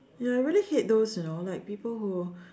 ya I really hate those you know like people who